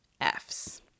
Fs